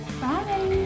Bye